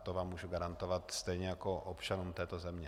To vám mohu garantovat, stejně jako občanům této země.